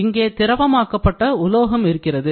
இங்கு திரவம் ஆக்கப்பட்ட உலோகம் இருக்கிறது